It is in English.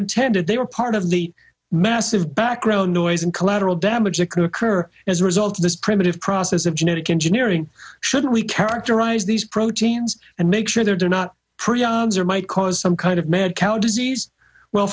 intended they were part of the massive background noise and collateral damage that could occur as a result of this primitive process of genetic engineering should we characterize these proteins and make sure they're not pretty arms or might cause some kind of mad cow disease well